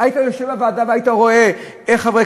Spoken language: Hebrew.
היית יושב בוועדה והיית רואה איך חברי